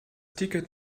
ticket